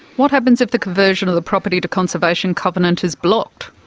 what happens if the conversion of the property to conservation covenant is blocked?